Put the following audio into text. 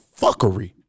fuckery